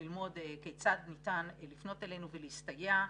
וללמוד כיצד ניתן לפנות אלינו ולהסתייע,